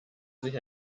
sich